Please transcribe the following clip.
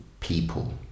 people